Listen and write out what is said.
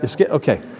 Okay